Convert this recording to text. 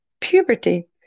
puberty